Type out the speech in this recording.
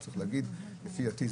לפי דעתי,